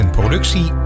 productie